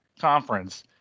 conference